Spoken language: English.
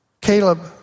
Caleb